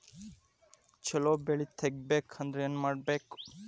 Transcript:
ಛಲೋ ಬೆಳಿ ತೆಗೇಬೇಕ ಅಂದ್ರ ಏನು ಮಾಡ್ಬೇಕ್?